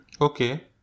okay